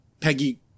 Peggy